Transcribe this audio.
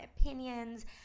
opinions